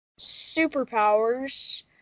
superpowers